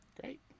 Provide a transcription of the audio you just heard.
Great